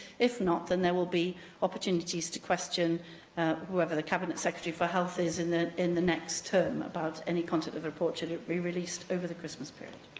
if not, then there will be opportunities to question whoever the cabinet secretary for health is in the in the next term about any content of the report, should it be released over the christmas period.